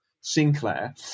Sinclair